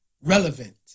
relevant